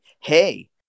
hey